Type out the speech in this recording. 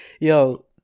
yo